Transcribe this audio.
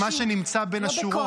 -- את מה שנמצא בין השורות.